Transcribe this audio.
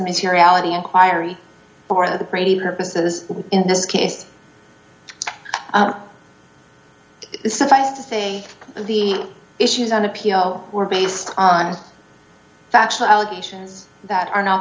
materiality inquiry for the brady purposes in this case is suffice to say the issues on appeal were based on factual allegations that are not